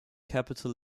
capital